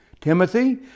Timothy